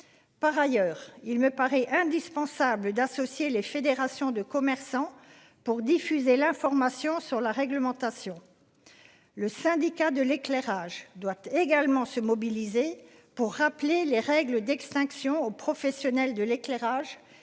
Par ailleurs, il me paraît indispensable d'associer les fédérations de commerçants pour diffuser l'information sur la réglementation. Le syndicat de l'éclairage doit également se mobiliser pour rappeler les règles d'extinction aux professionnels de l'éclairage